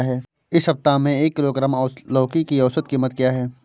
इस सप्ताह में एक किलोग्राम लौकी की औसत कीमत क्या है?